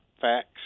facts